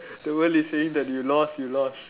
the world is saying that you lost you lost